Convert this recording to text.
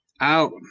out